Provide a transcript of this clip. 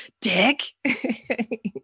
dick